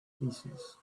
pieces